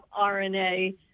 RNA